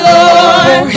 Lord